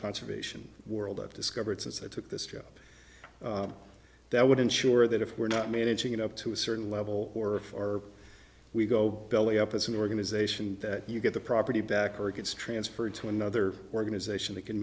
conservation world i've discovered since i took this job that would ensure that if we're not managing it up to a certain level or or we go belly up as an organization that you get the property back or gets transferred to another organization that can